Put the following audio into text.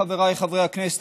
חבריי חברי הכנסת,